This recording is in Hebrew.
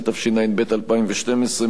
התשע"ב 2012,